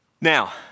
Now